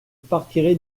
partirai